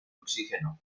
oxígeno